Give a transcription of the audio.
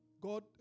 God